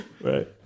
right